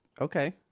okay